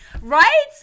Right